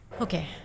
Okay